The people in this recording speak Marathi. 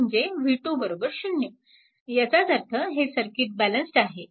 ते म्हणजे v2 0 याचाच अर्थ हे सर्किट बॅलन्स्ड आहे